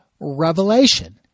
revelation